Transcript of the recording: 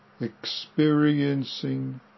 experiencing